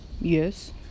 Yes